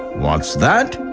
what's that?